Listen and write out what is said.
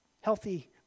healthy